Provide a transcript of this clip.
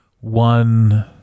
one